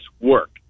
work